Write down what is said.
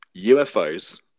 UFOs